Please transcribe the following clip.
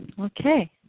Okay